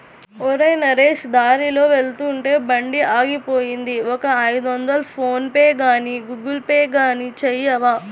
ఒరేయ్ నరేష్ దారిలో వెళ్తుంటే బండి ఆగిపోయింది ఒక ఐదొందలు ఫోన్ పేగానీ గూగుల్ పే గానీ చేయవా